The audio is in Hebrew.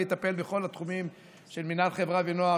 אני אטפל בכל התחומים של מינהל חברה ונוער,